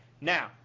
Now